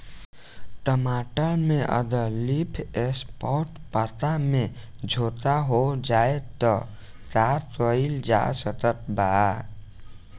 टमाटर में अगर लीफ स्पॉट पता में झोंका हो जाएँ त का कइल जा सकत बा?